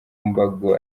mbago